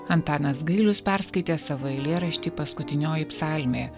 antanas gailius perskaitė savo eilėraštį paskutinioji psalmė